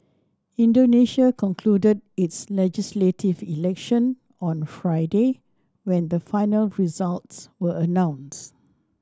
Indonesia concluded its legislative election on Friday when the final results were announced